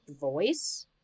voice